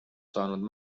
saanud